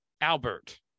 Albert